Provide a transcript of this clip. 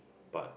but